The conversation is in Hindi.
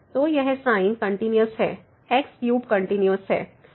तो यह sin कंटिन्यूस है x3 कंटिन्यूस है